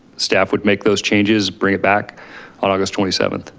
staff would make those changes, bring it back on august twenty seventh.